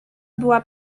była